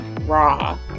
raw